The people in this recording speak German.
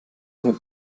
mit